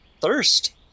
thirst